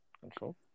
Control